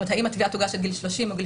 האם התביעה תוגש עד גיל 30 או עד גיל